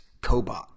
Cobot